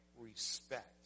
respect